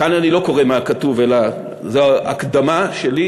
כאן אני לא קורא מהכתוב, אלא זו הקדמה שלי,